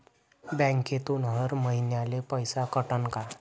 बँकेतून हर महिन्याले पैसा कटन का?